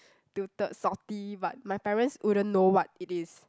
tilted salty but my parents wouldn't know what it is